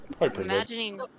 imagining